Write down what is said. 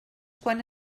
quan